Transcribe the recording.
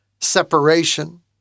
separation